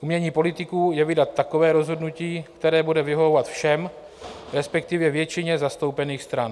Umění politiků je vydat takové rozhodnutí, které bude vyhovovat všem, respektive většině zastoupených stran.